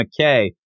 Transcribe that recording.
McKay